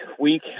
week